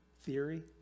theory